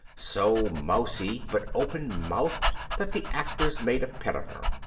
so mousy but open-mouthed that the actors made a pet of her.